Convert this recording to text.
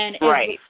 Right